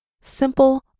simple